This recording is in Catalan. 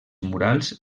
murals